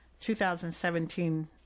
2017